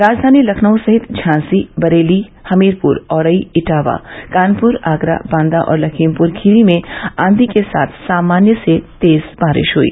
राजधानी लखनऊ सहित झांसी बरेली हमीरपुर औरई इटावा कानपुर आगरा बांदा और लखीमपुर खीरी में आंधी के साथ सामान्य से तेज बारिश हुई